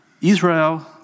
Israel